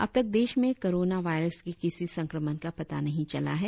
अब तक देश में कोरोना वायरस के किसी संक्रमण का पता नहीं चला है